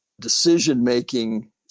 decision-making